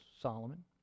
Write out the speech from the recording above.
Solomon